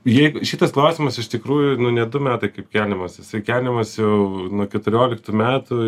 jeigu šitas klausimas iš tikrųjų nu ne du metai kaip keliamas jisai keliamas jau nu keturioliktų metų